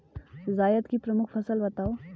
जायद की प्रमुख फसल बताओ